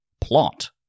plot